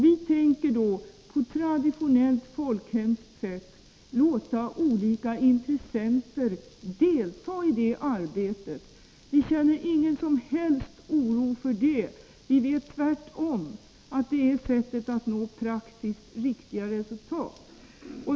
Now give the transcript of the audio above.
Vi tänker att på traditionellt folkhemskt sätt låta olika intressenter delta i arbetet. Vi känner ingen som helst oro. Tvärtom vet vi att detta är sättet att uppnå praktiskt riktiga resultat.